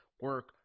Work